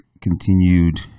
continued